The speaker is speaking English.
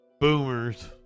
Boomers